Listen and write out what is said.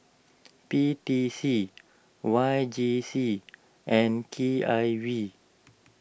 P T C Y J C and K I V